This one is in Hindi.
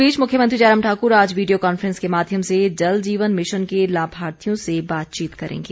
इस बीच मुख्यमंत्री जयराम ठाक्र आज वीडियो कांफ्रेंस के माध्यम से जल जीवन मिशन के लाभार्थियों से बातचीत करेंगे